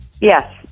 Yes